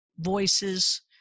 voices